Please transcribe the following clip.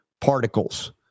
Particles